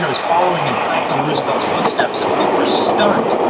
he's following in franklin roosevelt's footsteps and people are stunned.